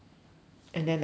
and the dinosaur